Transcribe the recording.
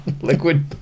liquid